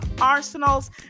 arsenals